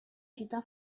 città